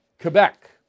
Quebec